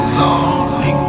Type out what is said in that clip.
lonely